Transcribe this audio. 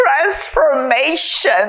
transformation